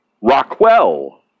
Rockwell